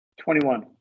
Twenty-one